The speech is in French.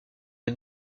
les